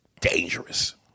dangerous